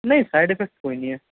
نہیں side effect کوئی نہیں ہے